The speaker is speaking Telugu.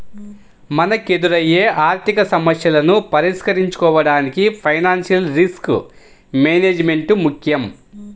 మనకెదురయ్యే ఆర్థికసమస్యలను పరిష్కరించుకోడానికి ఫైనాన్షియల్ రిస్క్ మేనేజ్మెంట్ ముక్కెం